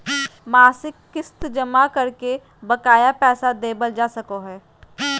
मासिक किस्त जमा करके बकाया पैसा देबल जा सको हय